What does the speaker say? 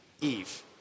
Eve